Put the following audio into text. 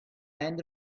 end